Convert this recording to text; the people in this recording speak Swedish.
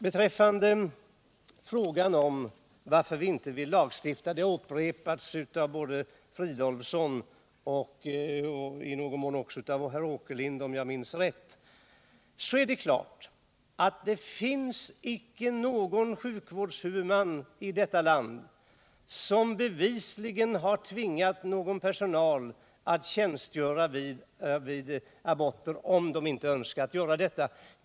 Beträffande frågan varför vi inte vill lagstifta, som har upprepats både av Filip Fridolfsson och i någon mån av Allan Åkerlind, är det helt klart att det icke finns någon sjukvårdshuvudman i vårt land som bevisligen har tvingat någon personal som inte önskat göra detta att tjänstgöra vid abortingrepp.